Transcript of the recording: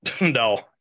No